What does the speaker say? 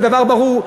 זה דבר ברור.